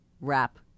wrap